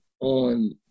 on